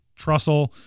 Trussell